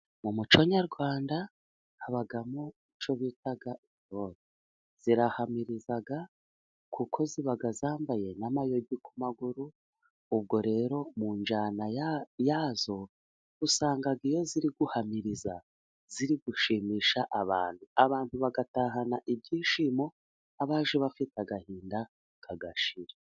Mu umuco nyarwanda habamo icyo bita intore zirahamiriza kuko ziba zambaye n'amayogi ku maguru. Ubwo rero mu njyana yazo usanga iyo ziri guhamiriza ziri gushimisha abantu bagatahana ibyishimo. Abaje bafite agahinda kagashira.